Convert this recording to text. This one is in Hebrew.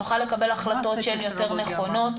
נוכל לקבל החלטות שהן יותר נכונות.